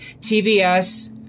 TBS